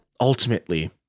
ultimately